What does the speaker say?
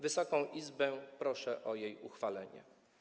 Wysoką Izbę proszę o jej uchwalenie.